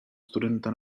studenta